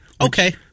Okay